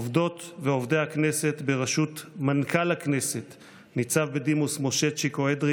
עובדות ועובדי הכנסת בראשות מנכ"ל הכנסת ניצב בדימוס משה צ'יקו אדרי